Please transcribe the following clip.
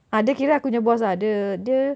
ah dia kira aku punya boss ah dia dia